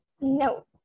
No